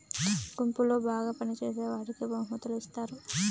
గుంపులో బాగా పని చేసేవాడికి బహుమతులు ఇత్తారు